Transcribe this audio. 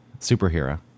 superhero